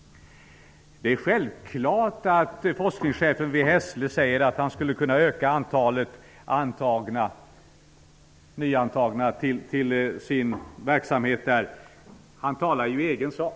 Det är självklart att forskningschefen vid Hässle säger att han skulle kunna öka antalet nyantagna till sin verksamhet. Han talar ju i egen sak.